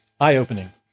eye-opening